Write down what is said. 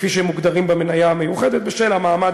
כפי שהם מוגדרים במניה המיוחדת בשל המעמד